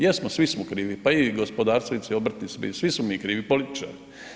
Jesmo svi smo krivi, pa i gospodarstvenici, obrtnici, svi smo krivi, političari.